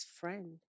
friend